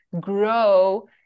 grow